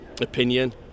opinion